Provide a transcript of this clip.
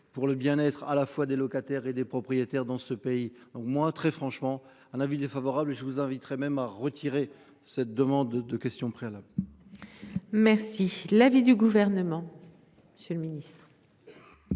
pour le bien être à la fois des locataires et des propriétaires dans ce pays. Oh moi très franchement un avis défavorable je vous inviterai même à retirer cette demande de questions préalables. Merci. L'avis du gouvernement. Monsieur le Ministre.